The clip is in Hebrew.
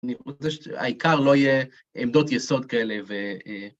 אני רוצה שהעיקר לא יהיה עמדות יסוד כאלה ו...